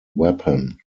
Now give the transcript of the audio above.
weapon